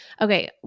Okay